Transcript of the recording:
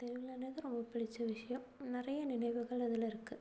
திருவிழான்னாலே ரொம்ப பிடிச்ச விஷயோம் நிறைய நினைவுகள் அதில் இருக்குது